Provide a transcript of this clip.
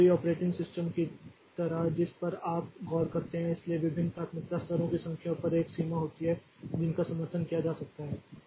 किसी भी operating system की तरह जिस पर आप गौर करते हैं इसलिए विभिन्न प्राथमिकता स्तरों की संख्या पर एक सीमा होती है जिनका समर्थन किया जा सकता है